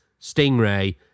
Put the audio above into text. Stingray